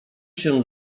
się